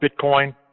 Bitcoin